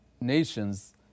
nations